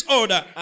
order